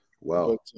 Wow